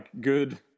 good